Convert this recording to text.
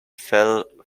fell